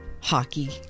hockey